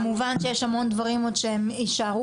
כמובן שיש עוד המון דברים שהם יישארו